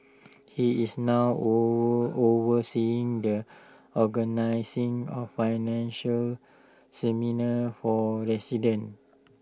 he is now over overseeing the organising of financial seminars for residents